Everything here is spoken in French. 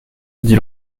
dit